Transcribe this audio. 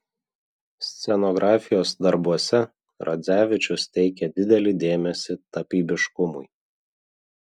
scenografijos darbuose radzevičius teikė didelį dėmesį tapybiškumui